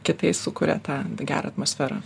kitais sukuria tą gerą atmosferą